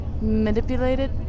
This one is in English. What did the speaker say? manipulated